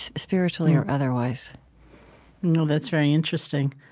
spiritually or otherwise well, that's very interesting.